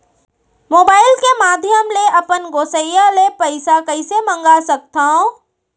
Mobile के माधयम ले अपन गोसैय्या ले पइसा कइसे मंगा सकथव?